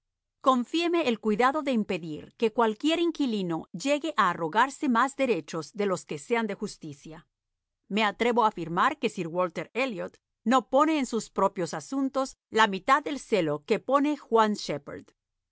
confíeme el cuidado de impedir que cualquier inquilino llegue a arrogarse más derechos de los que sean de justicia me atrevo a afirmar que sir walter elliot no pone en sus propios asuntos la mitad del celo que pone juan